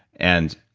and